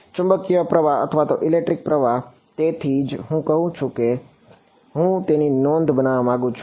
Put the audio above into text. ચુંબકીય પ્રવાહ અથવા ઇલેક્ટ્રિક પ્રવાહ તેથી જ હું કહું છું કે તે જ હું તેની નોંધ બનાવવા માંગું છું